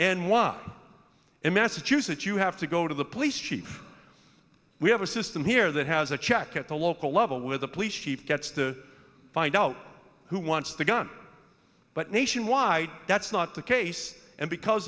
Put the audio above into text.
and walk in massachusetts you have to go to the police chief we have a system here that has a check at the local level where the police chief gets to find out who wants the gun but nationwide that's not the case and because